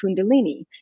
Kundalini